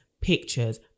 pictures